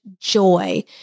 joy